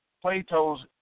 Plato's